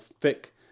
thick